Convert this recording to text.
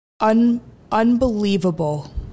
Unbelievable